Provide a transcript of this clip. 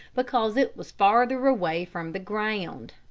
because it was farther away from the ground.